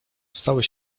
stały